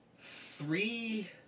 three